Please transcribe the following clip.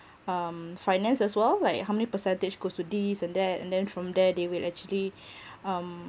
um finance as well like how many percentage goes to this and that and then from there they will actually um